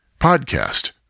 podcast